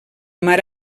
mar